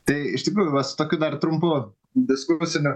tai iš tikrųjų va su tokiu dar trumpu diskusiniu